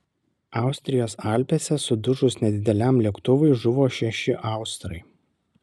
austrijos alpėse sudužus nedideliam lėktuvui žuvo šeši austrai